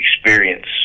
experience